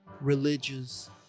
religious